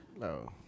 no